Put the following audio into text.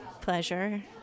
pleasure